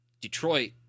Detroit